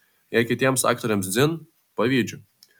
jei kitiems aktoriams dzin pavydžiu